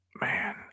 Man